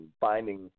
finding